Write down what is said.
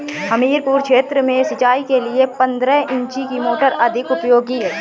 हमीरपुर क्षेत्र में सिंचाई के लिए पंद्रह इंची की मोटर अधिक उपयोगी है?